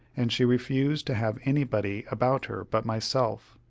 and she refused to have anybody about her but myself.